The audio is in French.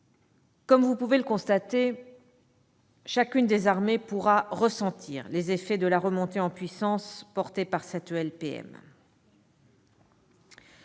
Comme vous pouvez le constater, chacune des armées pourra ressentir les effets de la remontée en puissance portée par cette LPM.